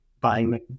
buying